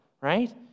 right